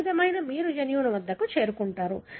ఈ విధంగా మీరు జన్యువు వద్దకు చేరుకుంటారు